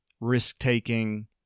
risk-taking